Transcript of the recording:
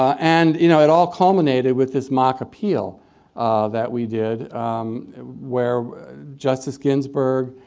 and you know it all culminated with this mock appeal that we did where justice ginsberg